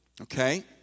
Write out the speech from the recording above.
Okay